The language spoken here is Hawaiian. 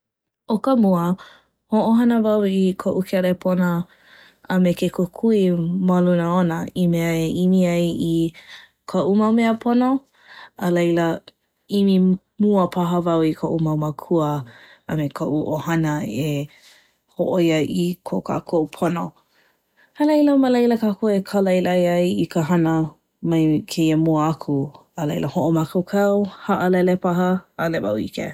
ʻO ka mua, hoʻohana wau i koʻu kelepona a me ke kukui ma luna ona i mea e ʻimi ai i koʻu mau mea pono. A laila, ʻimi mua paha wau i koʻu mau mākua a me koʻu ʻohana e hōʻoia ai i kō kākou pono A laila, ma laila kā˚ou e kālailai i ka hana mai kēia mua aku A laila, hoʻomākaukau, haʻalele paha ʻAʻole wau ʻike.